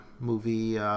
movie